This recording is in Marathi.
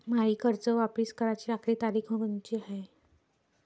मायी कर्ज वापिस कराची आखरी तारीख कोनची हाय?